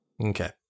Okay